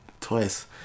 twice